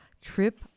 trip